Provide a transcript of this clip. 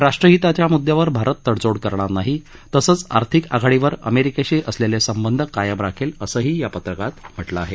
राष्ट्रहिताच्या मुद्द्यावर भारत तडजोड करणार नाही तसंच आर्थिक आघाडीवर अमेरिकेशी असलेले संबध राखेल असं या पत्रकात म्हटलं आहे